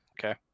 okay